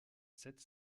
sept